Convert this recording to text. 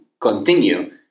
continue